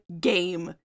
game